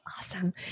Awesome